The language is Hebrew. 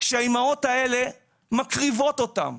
שהאימהות האלה מקריבות אותם.